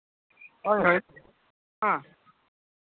ᱦᱳᱭ ᱦᱳᱭ ᱦᱮᱸ